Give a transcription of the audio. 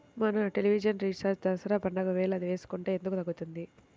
మన television recharge Dussehra పండగ వేళ వేసుకుంటే ఎందుకు తగ్గుతుంది?